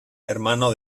hermano